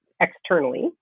externally